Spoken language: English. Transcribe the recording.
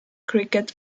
cricket